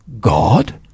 God